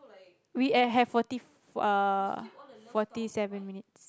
we and have forty uh forty seven minutes